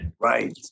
Right